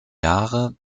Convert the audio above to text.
jahre